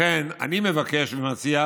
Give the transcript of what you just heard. לכן, אני מבקש ומציע